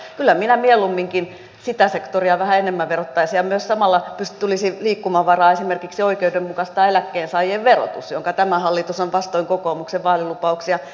kyllä minä mieluumminkin sitä sektoria vähän enemmän verottaisin ja samalla tulisi liikkumavaraa esimerkiksi oikeudenmukaistaa eläkkeensaajien verotus jonka tämä hallitus on vastoin kokoomuksen vaalilupauksia eriarvoistanut